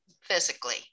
physically